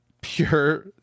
pure